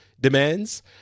demands